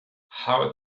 how